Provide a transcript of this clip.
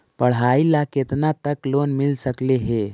पढाई ल केतना तक लोन मिल सकले हे?